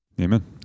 Amen